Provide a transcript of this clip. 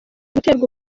guterwa